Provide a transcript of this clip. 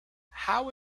how